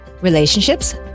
Relationships